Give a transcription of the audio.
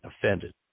offended